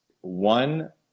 One